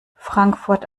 frankfurt